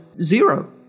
zero